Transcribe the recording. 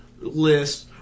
list